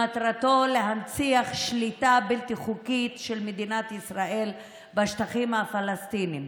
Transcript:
שמטרתו להנציח שליטה בלתי חוקית של מדינת ישראל בשטחים הפלסטיניים,